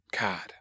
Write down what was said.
God